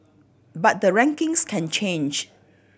but the rankings can change